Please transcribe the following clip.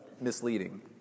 misleading